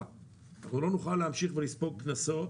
אנחנו לא נוכל להמשיך ולספוג קנסות